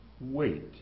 Wait